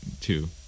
two